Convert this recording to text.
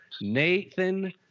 Nathan –